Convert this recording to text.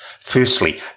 Firstly